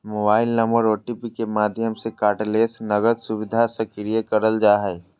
mobile number OTP के माध्यम से कार्डलेस नकद सुविधा सक्रिय करल जा हय